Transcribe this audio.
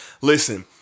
Listen